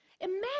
Imagine